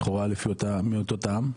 לכאורה, לפי אותה אותו טעם?